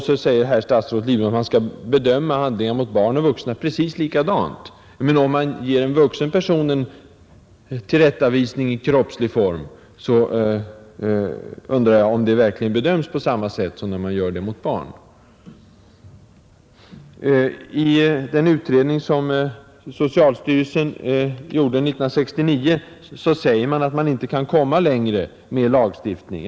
Statsrådet Lidbom säger att man skall bedöma handlingar mot barn och vuxna precis likadant. Om man ger en vuxen person en kroppslig tillrättavisning, så undrar jag om det verkligen bedöms på samma sätt som när samma åtgärd vidtas mot ett barn. I den utredning som socialstyrelsen gjorde 1969 sägs att man inte kan komma längre med lagstiftning.